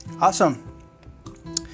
Awesome